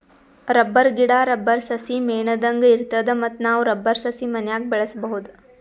rubber ಗಿಡಾ, rubber ಸಸಿ ಮೇಣದಂಗ್ ಇರ್ತದ ಮತ್ತ್ ನಾವ್ ರಬ್ಬರ್ ಸಸಿ ಮನ್ಯಾಗ್ ಬೆಳ್ಸಬಹುದ್